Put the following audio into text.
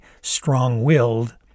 strong-willed